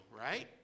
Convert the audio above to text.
right